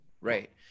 Right